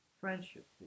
friendship